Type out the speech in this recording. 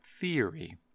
theory